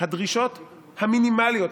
לדרישות המינימליות,